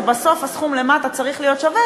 שבסוף הסכום למטה צריך להיות שווה,